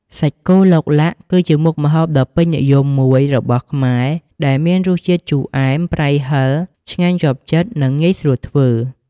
សាច់គោឡុកឡាក់ គឺជាមុខម្ហូបដ៏ពេញនិយមមួយរបស់ខ្មែរ ដែលមានរសជាតិជូរអែម ប្រៃ ហឹរ ឆ្ងាញ់ជាប់ចិត្ត និងងាយស្រួលធ្វើ។